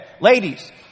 ladies